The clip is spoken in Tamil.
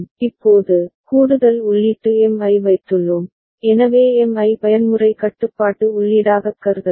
இப்போது கூடுதல் உள்ளீட்டு M ஐ வைத்துள்ளோம் எனவே M ஐ பயன்முறை கட்டுப்பாட்டு உள்ளீடாகக் கருதலாம்